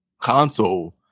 console